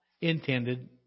intended